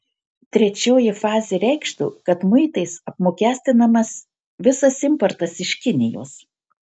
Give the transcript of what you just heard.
trečioji fazė reikštų kad muitais apmokestinamas visas importas iš kinijos